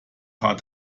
paar